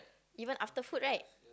even after food right